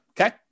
Okay